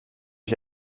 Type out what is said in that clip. ich